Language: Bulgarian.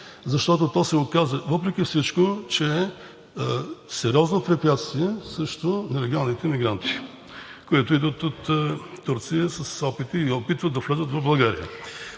защото то се оказа въпреки всичко, че е сериозно препятствие срещу нелегалните емигранти, които идват от Турция и опитват да влязат в България.